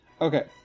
Okay